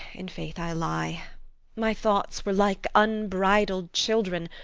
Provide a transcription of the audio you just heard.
in faith, i lie my thoughts were like unbridled children,